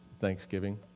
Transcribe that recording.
Thanksgiving